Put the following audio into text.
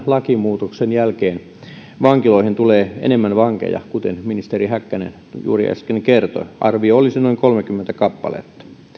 lakimuutoksen jälkeen vankiloihin tulee enemmän vankeja kuten ministeri häkkänen juuri äsken kertoi arvio olisi noin kolmekymmentä kappaletta